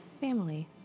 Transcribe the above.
Family